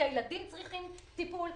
כי הילדים צריכים טיפול,